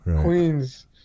Queens